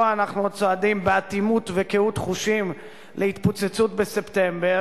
סליחה, חבר הכנסת בן-ארי, מספיק.